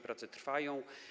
Prace trwają.